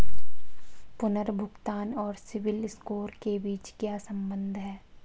पुनर्भुगतान और सिबिल स्कोर के बीच क्या संबंध है?